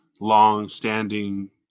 long-standing